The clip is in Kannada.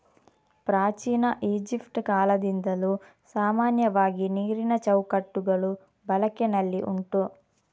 ಪ್ರಾಚೀನ ಈಜಿಪ್ಟ್ ಕಾಲದಿಂದಲೂ ಸಾಮಾನ್ಯವಾಗಿ ನೀರಿನ ಚೌಕಟ್ಟುಗಳು ಬಳಕೆನಲ್ಲಿ ಉಂಟು